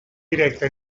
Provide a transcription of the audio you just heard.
directa